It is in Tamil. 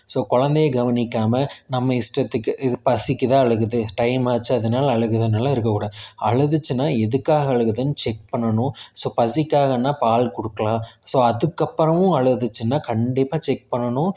ஸோ குலந்தைய கவனிக்காமல் நம்ம இஸ்டத்துக்கு இது பசிக்கு தான் அழுகுது டைம் ஆச்சு அதனால அழுகுதுன்லாம் இருக்கக்கூடாது அழுதுச்சுன்னா எதுக்காக அழுகுதுன்னு செக் பண்ணணும் ஸோ பசிக்காகன்னா பால் கொடுக்கலாம் ஸோ அதுக்கப்புறமும் அழுதுச்சுன்னா கண்டிப்பாக செக் பண்ணணும்